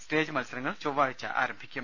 സ്റ്റേജ്മത്സര ങ്ങൾ ചൊവ്വാഴ്ച ആരംഭിക്കും